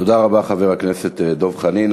תודה רבה, חבר הכנסת דב חנין.